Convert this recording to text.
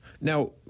Now